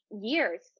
years